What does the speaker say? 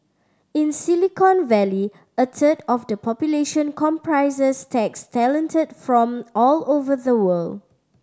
in Silicon Valley a third of the population comprises techs talented from all over the world